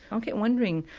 um keep wondering,